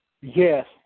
Yes